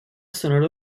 sonora